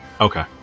Okay